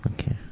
Okay